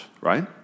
right